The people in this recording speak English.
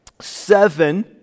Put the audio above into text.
seven